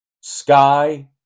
Sky